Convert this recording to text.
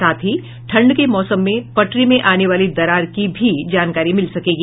साथ ही ठंड के मौसम में पटरी में आने वाली दरार की भी जानकारी मिल सकेगी